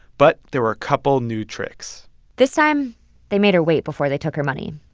but there were a couple new tricks this time they made her wait before they took her money.